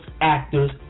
actors